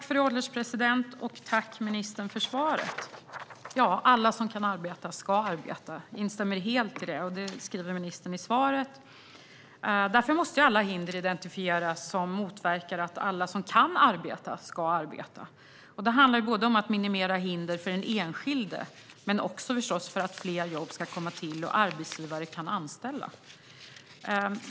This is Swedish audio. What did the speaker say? Fru ålderspresident! Tack, ministern, för svaret! Ja, alla som kan arbeta ska arbeta säger ministern i svaret - jag instämmer helt i det - och därför måste alla hinder identifieras som motverkar att alla som kan arbeta ska arbeta. Det handlar både om att minimera hinder för den enskilde och förstås hinder för att fler jobb ska skapas och arbetsgivare kan anställa.